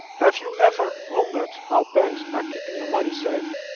have you ever wondered how banks are keeping your money safe